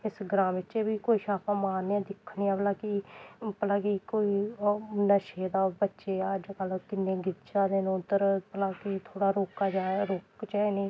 इस ग्रां बिच्च बी कोई छापा मारने आं दिक्खने आं भला कि भला कि कोई नशे दा बच्चें दा अजकल्ल किन्ने गिज्झा दे न उद्धर भला कि थोह्ड़ा रोक्का जाए रोकचै उ'नें गी